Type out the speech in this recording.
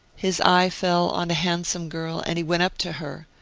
his eye fell on a handsome girl, and he went up to her,